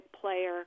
player